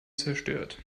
zerstört